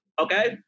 Okay